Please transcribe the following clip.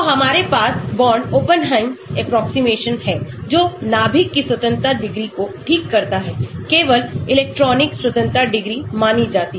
तो हमारे पास बोर्न ओपेनहेम एप्रोक्सीमेशन है जो नाभिक की स्वतंत्रता डिग्री को ठीक करता है केवल इलेक्ट्रॉनकी स्वतंत्रता डिग्री मानी जाती है